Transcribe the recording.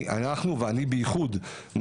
ובמיוחד אני,